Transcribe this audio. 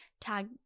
tag